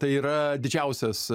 tai yra didžiausias